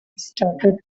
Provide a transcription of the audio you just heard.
started